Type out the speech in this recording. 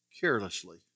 carelessly